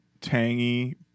tangy